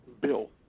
bill